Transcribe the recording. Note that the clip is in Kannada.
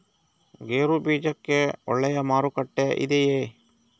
ಗೇರು ಬೀಜಕ್ಕೆ ಒಳ್ಳೆಯ ಮಾರುಕಟ್ಟೆ ಇದೆಯೇ?